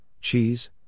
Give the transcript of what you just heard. cheese